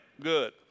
Good